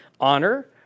honor